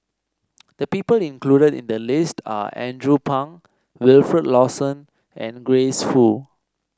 the people included in the list are Andrew Phang Wilfed Lawson and Grace Fu